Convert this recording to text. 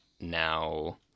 now